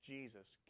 Jesus